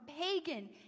pagan